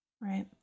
Right